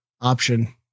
option